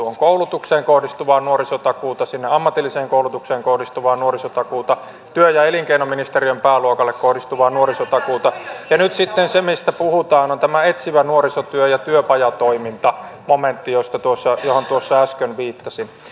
on koulutukseen kohdistuvaa nuorisotakuuta sinne ammatilliseen koulutukseen kohdistuvaa nuorisotakuuta työ ja elinkeinoministeriön pääluokalle kohdistuvaa nuorisotakuuta ja nyt sitten se mistä puhutaan on tämä etsivä nuorisotyö ja työpajatoiminta momentti johon tuossa äsken viittasin